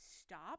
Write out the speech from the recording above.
stop